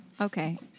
Okay